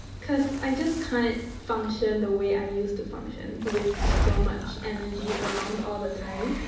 cause i just can't function the way i used to function with so much energy around all the time.